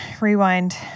rewind